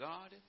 God